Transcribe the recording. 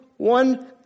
One